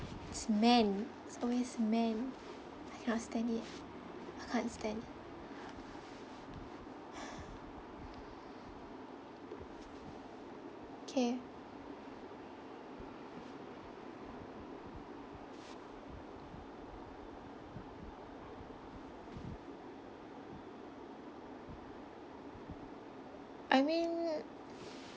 it's men it's always men I cannot stand it I can't stand okay I mean